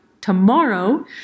tomorrow